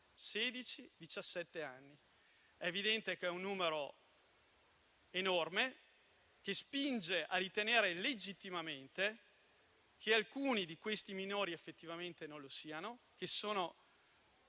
anni. È evidente che è un numero enorme, che spinge a ritenere legittimamente che alcuni di questi minori effettivamente non lo siano, che si